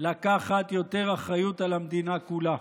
לקחת יותר אחריות על המדינה כולה,